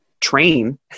train